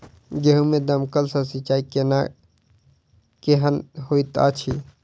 गेंहूँ मे दमकल सँ सिंचाई केनाइ केहन होइत अछि?